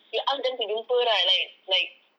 you ask them to jumpa right like like